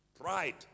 Pride